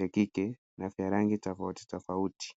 na kike na vya rangi tofautitofauti.